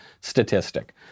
statistic